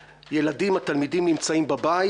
התלמידים נמצאים בבית.